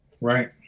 Right